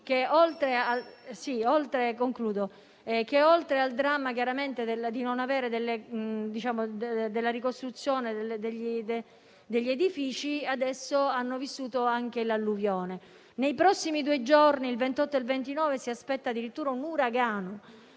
che, oltre al dramma della mancata ricostruzione degli edifici, adesso hanno vissuto anche quello dell'alluvione. Nei prossimi due giorni, il 28 e il 29 ottobre, si aspetta addirittura un uragano.